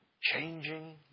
changing